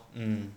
mm